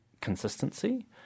consistency